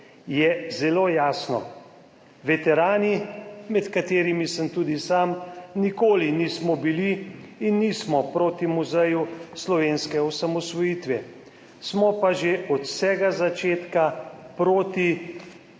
Je zelo jasno: »Veterani,« med katerimi sem tudi sam, »nikoli nismo bili in nismo proti Muzeju slovenske osamosvojitve! Smo pa že od vsega začetka proti